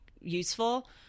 useful